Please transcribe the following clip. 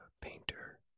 painter